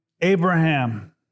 Abraham